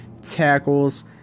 tackles